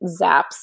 zaps